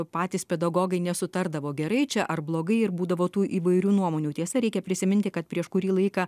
patys pedagogai ne sutardavo gerai čia ar blogai ir būdavo tų įvairių nuomonių tiesa reikia prisiminti kad prieš kurį laiką